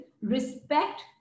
respect